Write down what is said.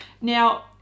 Now